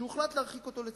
שהוחלט להרחיק אותו לצמיתות.